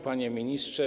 Panie Ministrze!